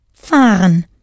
fahren